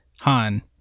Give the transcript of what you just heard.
Han